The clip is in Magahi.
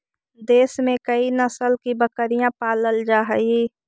देश में कई नस्ल की बकरियाँ पालल जा हई